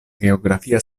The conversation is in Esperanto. geografia